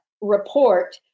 report